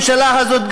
הממשלה הזאת,